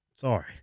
Sorry